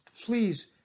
please